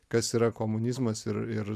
kas yra komunizmas ir ir